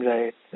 Right